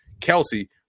Kelsey